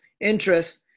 interest